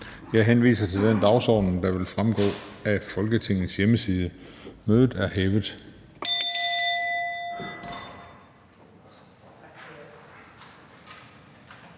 Jeg henviser til den dagsorden, der vil fremgå af Folketingets hjemmeside. Mødet er hævet.